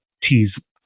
tease